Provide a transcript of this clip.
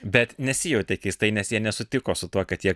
bet nesijautė keistai nes jie nesutiko su tuo kad jie